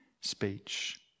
speech